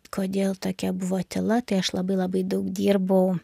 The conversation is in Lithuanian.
kodėl tokia buvo tyla tai aš labai labai daug dirbau